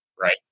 right